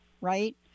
right